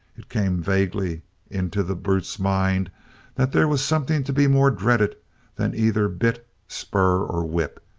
it came vaguely into the brutes' mind that there was something to be more dreaded than either bit, spur, or whip,